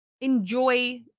enjoy